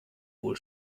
wohl